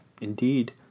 indeed